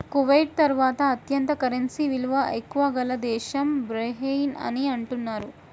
Kuwait తర్వాత అత్యంత currency విలువ ఎక్కువ గల దేశం బహ్రెయిన్ అని అంటున్నారు